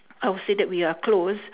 I would say that we are close